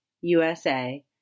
USA